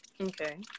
Okay